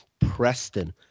Preston